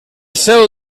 seu